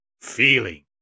feeling